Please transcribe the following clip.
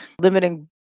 limiting